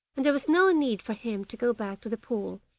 and there was no need for him to go back to the pool,